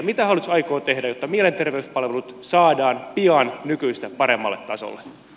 mitä hallitus aikoo tehdä jotta mielenterveyspalvelut saadaan pian nykyistä paremmalle tasolle